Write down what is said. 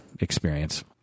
experience